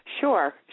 Sure